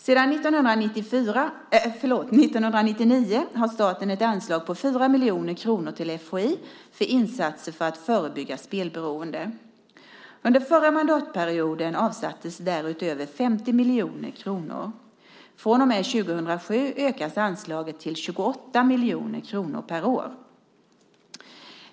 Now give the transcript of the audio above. Sedan 1999 har staten ett anslag på 4 miljoner kronor till FHI för insatser för att förebygga spelberoende. Under förra mandatperioden avsattes därutöver 50 miljoner kronor. Från och med 2007 ökas anslaget till 28 miljoner kronor per år.